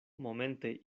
momente